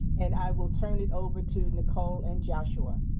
and i will turn it over to nicole and joshua.